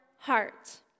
heart